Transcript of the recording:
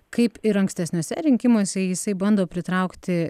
kaip ir ankstesniuose rinkimuose jisai bando pritraukti